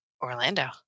Orlando